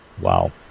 Wow